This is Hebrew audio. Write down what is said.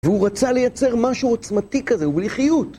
והוא רצה לייצר משהו עוצמתי כזה, הוא בלי חיות.